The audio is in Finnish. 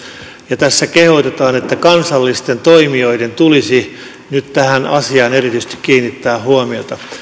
ja tässä kehotetaan että kansallisten toimijoiden tulisi nyt tähän asiaan erityisesti kiinnittää huomiota